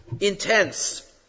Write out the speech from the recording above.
intense